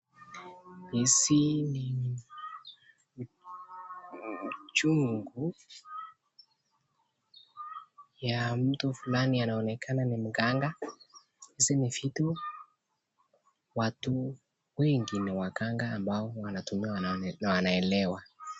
Hizi ni chungu ya mtu fulani anaonekana ni mganga. Hizi ni vitu watu wengi wanatumuia waganga ambao wanaelewa.